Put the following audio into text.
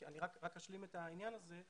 אני אשלים את הנושא הזה.